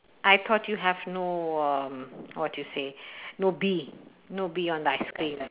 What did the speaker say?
I thought you have no uh what you say no bee no bee on the ice cream